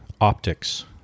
Optics